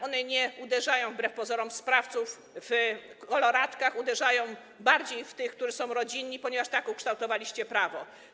One nie uderzają wbrew pozorom w sprawców w koloratkach, uderzają bardziej w tych, którzy są rodzinni, ponieważ tak ukształtowaliście prawo.